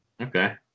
Okay